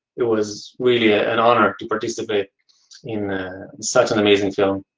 it was really ah an honor to participate in such an amazing film,